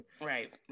right